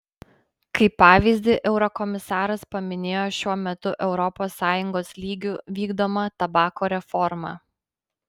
kaip pavyzdį eurokomisaras paminėjo šiuo metu europos sąjungos lygiu vykdomą tabako reformą